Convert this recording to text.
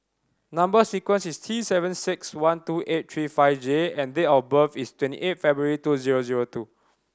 number sequence is T seven six one two eight three five J and date of birth is twenty eight February two zero zero two